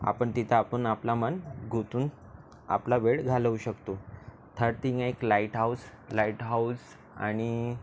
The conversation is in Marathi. आपण तिथं आपण आपला मन गुंतून आपला वेळ घालवू शकतो थटिंग एक लाईट हाऊस लाईट हाऊस आणि